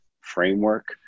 framework